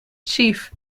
chief